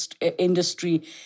industry